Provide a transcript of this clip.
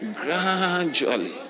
Gradually